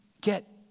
get